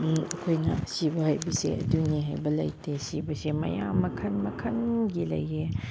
ꯑꯩꯈꯣꯏꯅ ꯁꯤꯕ ꯍꯥꯏꯕꯁꯦ ꯑꯗꯨꯅꯤ ꯍꯥꯏꯕ ꯂꯩꯇꯦ ꯁꯤꯕꯁꯦ ꯃꯌꯥꯝ ꯃꯈꯟ ꯃꯈꯟꯒꯤ ꯂꯩꯌꯦ